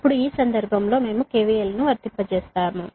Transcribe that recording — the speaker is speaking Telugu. ఇప్పుడు ఈ సందర్భంలో మేము KVL ను వర్తింపజేస్తాము